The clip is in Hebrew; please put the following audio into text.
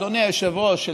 אדוני היושב-ראש,